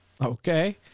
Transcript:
Okay